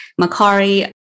Macari